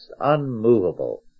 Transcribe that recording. unmovable